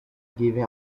given